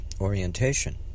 orientation